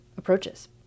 approaches